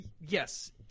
yes